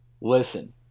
Listen